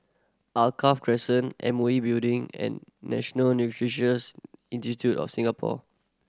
Alkaff Crescent M O E Building and National Neuroscience Institute of Singapore